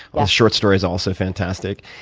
the short stories, also fantastic.